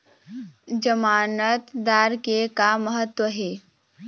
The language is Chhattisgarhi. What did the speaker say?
जमानतदार के का महत्व हे?